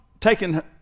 taken